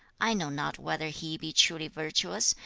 i know not whether he be truly virtuous,